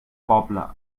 pobla